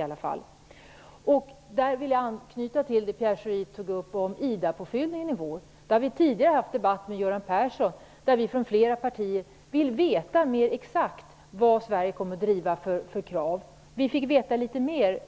Jag vill i detta sammanhang anknyta till det som Pierre Schori sade om IDA-påfyllningen i vår. Vi har tidigare haft en debatt med Göran Persson om detta, och vi vill från flera partier veta mera exakt vilka krav Sverige kommer att driva. Vi fick veta litet mer